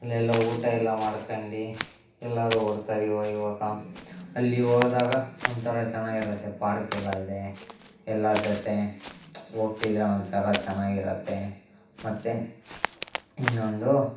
ಅಲ್ಲೆಲ್ಲ ಊಟ ಎಲ್ಲ ಮಾಡ್ಕಂಡು ಎಲ್ಲರೂ ಬರ್ತಾರೆ ಇವಾಗಿವಾಗ ಅಲ್ಲಿ ಹೋದಾಗ ಒಂಥರ ಚೆನ್ನಾಗಿರತ್ತೆ ಪಾರ್ಕೆಲ್ಲ ಇದೆ ಎಲ್ಲರ ಜೊತೆ ಹೋಗ್ತಿದ್ರೆ ಒಂಥರ ಚೆನ್ನಾಗಿರತ್ತೆ ಮತ್ತು ಇನ್ನೊಂದು